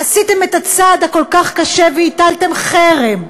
עשיתם את הצעד הכל-כך קשה והטלתם חרם,